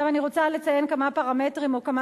עכשיו אני רוצה לציין כמה פרמטרים או כמה